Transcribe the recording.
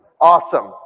Awesome